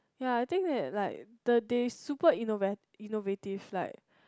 ya I think that like the they super innova~ innovative like